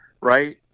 right